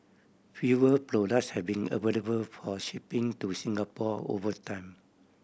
fewer products have been available for shipping to Singapore over time